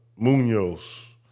Munoz